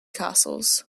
castles